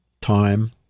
time